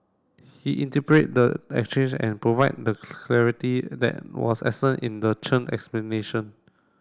he interpret the exchange and provide the clarity that was absent in the Chen explanation